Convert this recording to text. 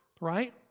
right